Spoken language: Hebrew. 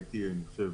הייתי, אני חושב,